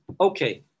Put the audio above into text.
Okay